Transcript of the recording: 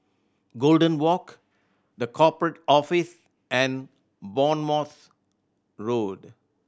Golden Walk The Corporate Office and Bournemouth Road